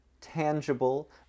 tangible